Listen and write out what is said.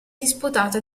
disputato